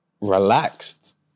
relaxed